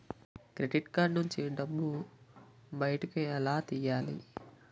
Credit card నుంచి డబ్బు బయటకు ఎలా తెయ్యలి?